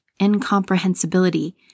incomprehensibility